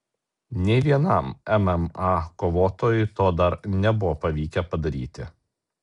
nei vienam mma kovotojui to dar nebuvo pavykę padaryti